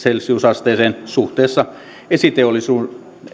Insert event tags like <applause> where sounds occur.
<unintelligible> celsiusasteeseen suhteessa esiteolliseen